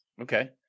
Okay